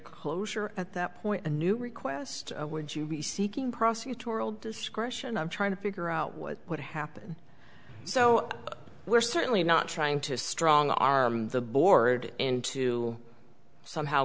closure at that point a new request would you be seeking prosecutorial discretion i'm trying to figure out what would happen so we're certainly not trying to strong arm the board into somehow